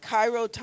Cairo